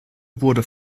wurde